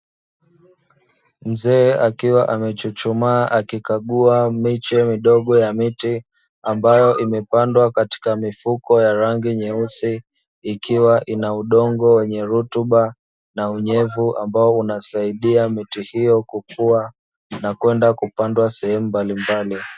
Mzee akiwa amechuchumaa akikagua miche midogo ya miti ambayo imepandwa katika mifuko ya rangi nyeusi, ikiwa ina udongo wenye rutuba na unyevu ambao unasaidia miti hiyo kukua na kwenda kupandwa sehemu mbalimbali.